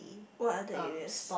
what other areas